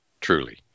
truly